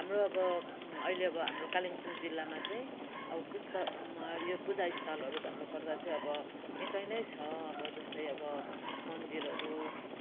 हाम्रो अब अहिले अब हाम्रो कालिम्पोङ जिल्लामा चाहिँ अब पुस्तमा यो पूजा स्थलहरू भन्नुपर्दा चाहिँ अब निकै छ अब जस्तै अब मन्दिरहरू